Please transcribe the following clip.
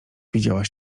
widziałaś